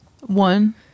One